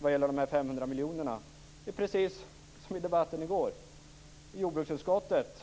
Vad gäller de 500 miljonerna är det precis som i debatten igår i jordbruksutskottet